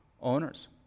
owners